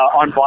on